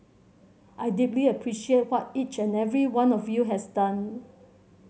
I deeply appreciate what each and every one of you has done